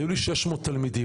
היו לי 600 תלמידים,